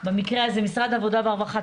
במקרה הזה משרד העבודה והרווחה,